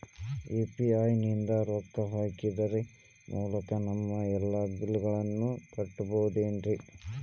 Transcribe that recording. UPI ನಿಂದ ರೊಕ್ಕ ಹಾಕೋದರ ಮೂಲಕ ನಮ್ಮ ಎಲ್ಲ ಬಿಲ್ಲುಗಳನ್ನ ಕಟ್ಟಬಹುದೇನ್ರಿ?